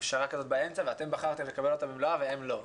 לפשרה באמצע ואתם בחרתם לקבל אותה מלואה והם לא.